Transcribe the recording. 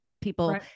people